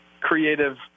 creative